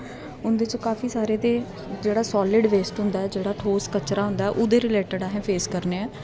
उंदे च काफी सारे ते जेहड़ा सालिड बेस्ट होंदा जेहड़ा ठोस कचरा होंदा ऐ ओहदे रिलेटिड असें फेस करने आं